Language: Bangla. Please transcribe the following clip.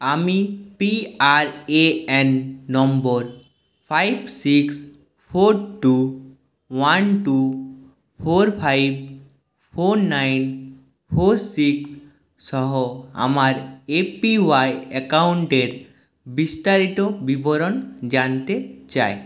আমি P R A N five four nine four six সহ আমার এ পি ওয়াই অ্যাকাউন্টের বিস্তারিত নম্বর five six four two one two four বিবরণ জানতে চাই